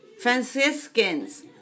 Franciscans